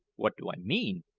what do i mean?